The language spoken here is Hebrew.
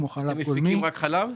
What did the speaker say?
כמו חלב גולמי.